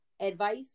advice